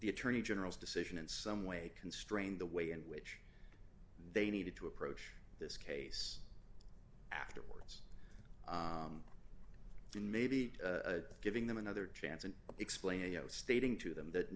the attorney general's decision in some way constrained the way in which they needed to approach this case afterwards in maybe giving them another chance and explain you know stating to them that